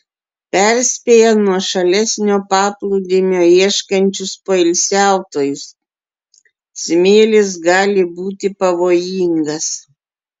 perspėja nuošalesnio paplūdimio ieškančius poilsiautojus smėlis gali būti pavojingas